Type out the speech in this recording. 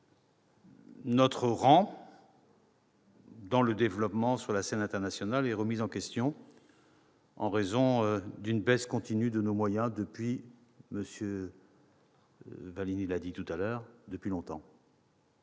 acteurs du développement sur la scène internationale est remis en question, en raison d'une baisse continue de nos moyens, qui se